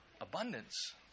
abundance